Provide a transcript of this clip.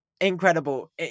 incredible